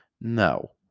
no